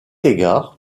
égard